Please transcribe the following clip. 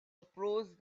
approached